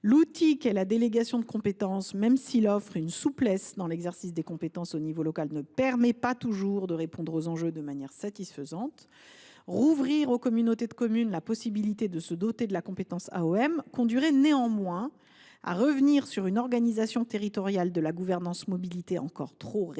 L’outil qu’est la délégation de compétences, même s’il offre une souplesse dans l’exercice des compétences à l’échelon local, ne permet pas toujours de répondre aux enjeux de manière satisfaisante. Rouvrir aux communautés de communes la possibilité de devenir AOM conduirait néanmoins à revenir sur une organisation territoriale de la gouvernance « mobilité » encore trop récente